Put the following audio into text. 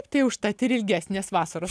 tai užtat ir ilgesnės vasaros